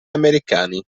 americani